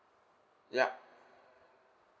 ya